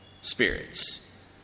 spirits